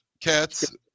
Cats